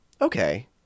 okay